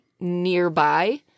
nearby